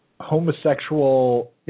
homosexual